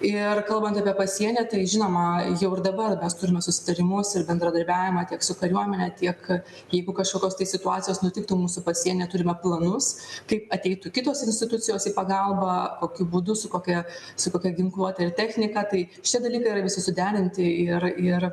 ir kalbant apie pasienį tai žinoma jau ir dabar mes turime susitarimus ir bendradarbiavimą tiek su kariuomene tiek jeigu kažkokios tai situacijos nutiktų mūsų pasienyje turime planus kaip ateitų kitos institucijos į pagalbą kokiu būdu su kokia su kokia ginkluote ir technika tai šie dalykai yra visi suderinti ir ir